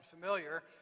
familiar